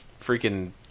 freaking